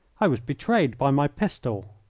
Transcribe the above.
i was betrayed by my pistol.